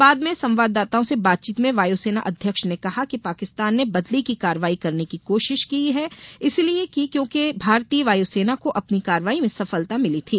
बाद में संवाददाताओं से बातचीत में वायुसेना अध्यक्ष ने कहा कि पाकिस्तान ने बदले की कार्रवाई करने की कोशिश ही इसीलिए की क्योंकि भारतीय वायुसेना को अपनी कार्रवाई में सफलता मिली थी